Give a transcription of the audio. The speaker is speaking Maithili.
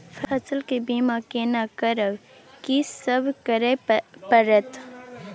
फसल के बीमा केना करब, की सब करय परत?